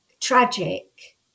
tragic